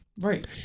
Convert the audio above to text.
Right